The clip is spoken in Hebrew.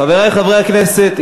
חברי חברי הכנסת,